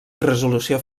resolució